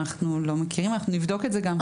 אנחנו לא מכירים, אנחנו נבדוק את זה גם.